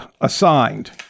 assigned